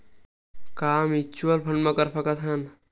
का mutual fund म कर सकत हन?